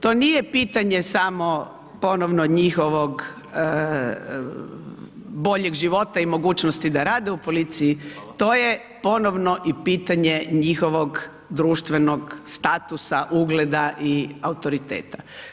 To nije pitanje samo ponovno njihovog boljeg života i mogućnosti da rade u policiji, to je ponovno i pitanje njihovog društvenog statusa, ugleda i autoriteta.